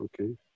okay